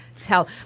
tell